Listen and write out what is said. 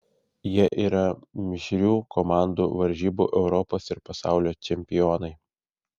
jie yra mišrių komandų varžybų europos ir pasaulio čempionai